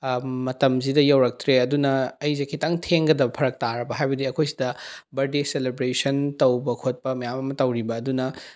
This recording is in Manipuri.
ꯃꯇꯝꯁꯤꯗ ꯌꯧꯔꯛꯇ꯭ꯔꯦ ꯑꯗꯨꯅ ꯑꯩꯁꯦ ꯈꯤꯇꯪ ꯊꯦꯡꯒꯗꯕ ꯐꯔꯛ ꯇꯥꯔꯕ ꯍꯥꯏꯕꯗꯤ ꯑꯩꯈꯣꯏ ꯁꯤꯗ ꯕꯥꯔꯗꯦ ꯁꯦꯂꯦꯕ꯭ꯔꯦꯁꯟ ꯇꯧꯕ ꯈꯣꯠꯄ ꯃꯌꯥꯝ ꯑꯃ ꯇꯧꯔꯤꯕ ꯑꯗꯨꯅ